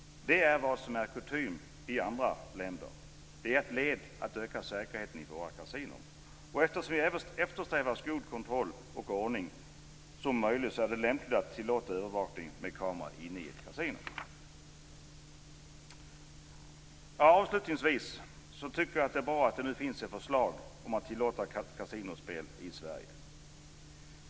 Det är vad som är kutym i andra länder. Det är ett led i att öka säkerheten i våra kasinon. Eftersom vi eftersträvar så god kontroll och ordning som möjligt är det lämpligt att tillåta övervakning med kamera inne i ett kasino. Avslutningsvis tycker jag att det är bra att det nu finns ett förslag om att tillåta kasinospel i Sverige.